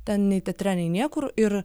ten nei teatre nei niekur ir